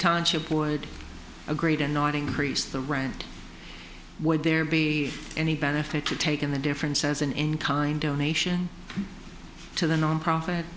township would agree to not increase the rent would there be any benefit to take in the difference as an incoming donation to the nonprofit